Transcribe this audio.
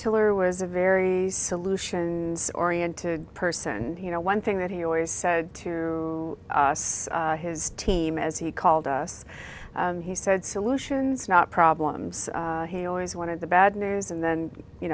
tiller was a very solutions oriented person you know one thing that he always said to us his team as he called us he said solutions not problems he always wanted the bad news and then you